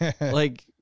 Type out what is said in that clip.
Like-